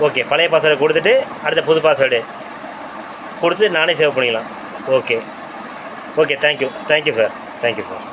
okay பழைய password கொடுத்துட்டு அடுத்த புது பாஸ்வேர்டு கொடுத்து நானே சேவ் பண்ணிக்கலாம் okay okay thank you thank you sir thank you sir